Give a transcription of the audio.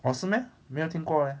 orh 是 meh 没有听过 leh